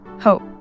hope